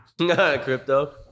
Crypto